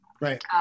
right